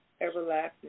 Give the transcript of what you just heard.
Everlasting